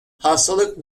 hastalık